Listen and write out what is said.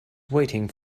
waiting